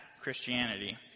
Christianity